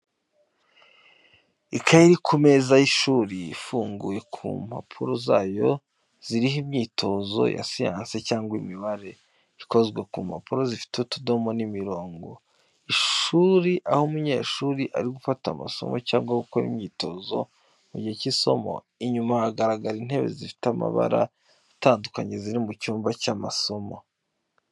Ikaye iri ku meza y’ishuri, ifunguye ku mpapuro zayo ziriho imyitozo ya siyansi cyangwa imibare, ikozwe ku mpapuro zifite utudomo n’imirongo. Ishuri aho umunyeshuri ari gufata amasomo cyangwa gukora imyitozo mu gihe cy’isomo. Inyuma hagaragara intebe zifite amabara atandukanye, ziri mu cyumba cy’amasomo.